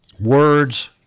words